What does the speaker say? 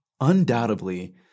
undoubtedly